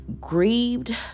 grieved